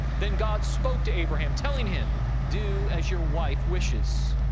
then god spoke to abraham telling him do as your wife wishes.